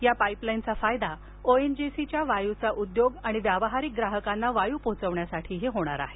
या पाईपलाईनचा फायदा ओएनजीसी च्या वायूचा उद्योग आणि व्यावहारिक ग्राहकांना वायू पोहोचवण्यासाठीही होणार आहे